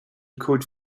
called